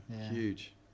huge